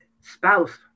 spouse